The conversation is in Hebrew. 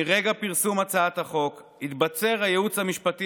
מרגע פרסום הצעת החוק התבצר הייעוץ המשפטי